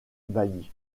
bailly